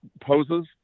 poses